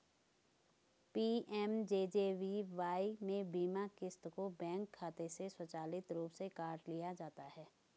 PMJJBY में बीमा क़िस्त को बैंक खाते से स्वचालित रूप से काट लिया जाता है